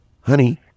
honey